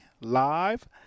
live